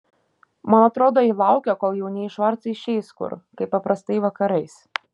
man atrodo ji laukia kol jaunieji švarcai išeis kur kaip paprastai vakarais